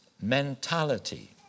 mentality